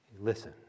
listen